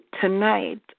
tonight